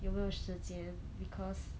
有没有时间 because